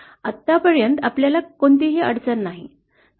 आतापर्यंत आपल्याला कोणतीही अडचण नाही